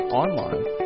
online